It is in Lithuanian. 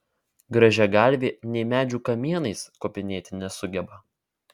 grąžiagalvė nė medžių kamienais kopinėti nesugeba